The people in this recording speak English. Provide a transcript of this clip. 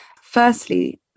firstly